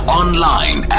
online